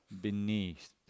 beneath